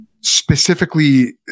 specifically